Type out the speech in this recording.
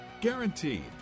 Guaranteed